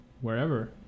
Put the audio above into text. wherever